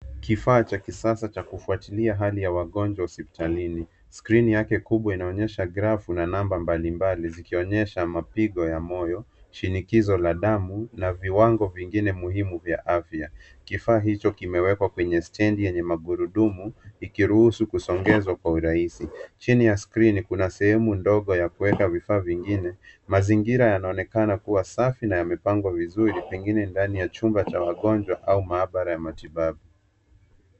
Kifaa cha kisasa cha kufuatilia hali ya wagonjwa hospitalini skrini yake kubwa inaonyesha grafu na number mbalimbali zikionyesha mapigo ya moyo, shinikizo la damu na viwango vingine muhimu ya afya kifaa hicho kimewekwa kwenye stendi yenye magurudumu ikiruhusu kusongezwa kwa urahisi chini ya skrini kuna sehemu ndogo ya kueka vifaa vingine mazingira yanaonekana kua safi na yamepangwa vizuri pengine ndani ya chumba cha wagonjwa au maabara ya matibabu.